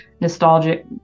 nostalgic